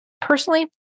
personally